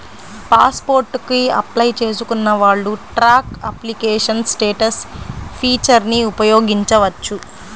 pass port కి apply చేసుకున్న వాళ్ళు ట్రాక్ అప్లికేషన్ స్టేటస్ ఫీచర్ని ఉపయోగించవచ్చు